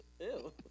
Ew